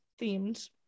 themed